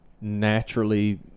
naturally